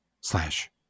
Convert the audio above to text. slash